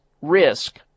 risk